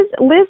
Liz